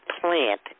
plant